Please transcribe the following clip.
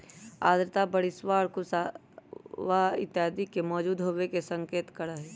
आर्द्रता बरिशवा और कुहसवा इत्यादि के मौजूद होवे के संकेत करा हई